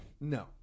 No